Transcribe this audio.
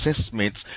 assessments